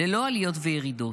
ללא עליות וירידות,